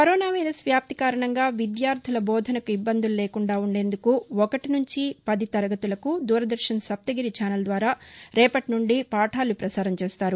corona virus వ్యాప్తి కారణంగా విద్యార్థుల బోధనకు ఇబ్బందులు లేకుండా ఉండేందుకు ఒకటి నుంచి పది తరగతులకు దూరదర్శన్ సప్తగిరి ఛానల్ ద్వారా రేపటి నుంచి పాఠాలు ప్రసారం చేస్తారు